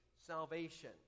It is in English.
salvation